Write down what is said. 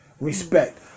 Respect